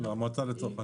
לא, המועצה לצרכנות מגישה.